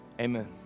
Amen